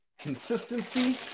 Consistency